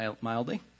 mildly